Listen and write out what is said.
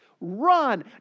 Run